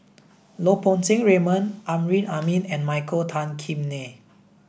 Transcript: Lau Poo Seng Raymond Amrin Amin and Michael Tan Kim Nei